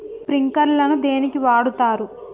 Sprinkler ను దేనికి వాడుతరు?